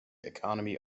economy